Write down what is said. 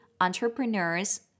entrepreneurs